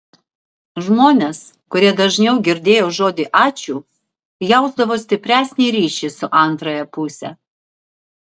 žmonės kurie dažniau girdėjo žodį ačiū jausdavo stipresnį ryšį su antrąja puse